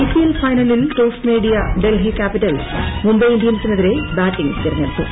IPL ഫൈനലിൽ toss നേടിയ Delhi Capitals Mumbai ഇന്ത്യൻസിനെതിരെ ബാറ്റിംഗ് തെരഞ്ഞെടുത്തു